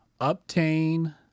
obtain